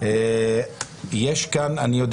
אני יודע